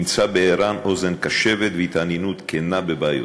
ימצא בער"ן אוזן קשבת והתעניינות כנה בבעיותיו.